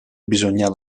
bisogna